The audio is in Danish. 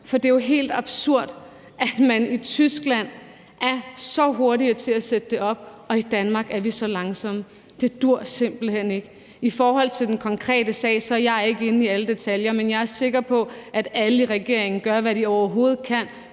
For det er jo helt absurd, at man i Tyskland er så meget hurtigere til at sætte dem op, og at vi i Danmark er så langsomme. Det duer simpelt hen ikke. I forhold til den konkrete sag vil jeg sige, at jeg ikke er inde i alle detaljer, men jeg er sikker på, at alle i regeringen gør, hvad de overhovedet kan,